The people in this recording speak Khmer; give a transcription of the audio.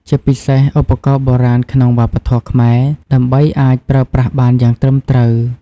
ជាពិសេស ឧបករណ៍បុរាណក្នុងវប្បធម៌ខ្មែរ ដើម្បីអាចប្រើប្រាស់បានយ៉ាងត្រឹមត្រូវ។